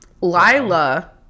Lila